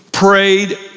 prayed